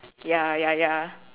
ya ya ya